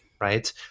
right